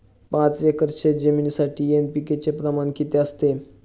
पाच एकर शेतजमिनीसाठी एन.पी.के चे प्रमाण किती असते?